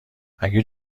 اگه